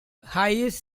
highest